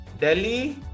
delhi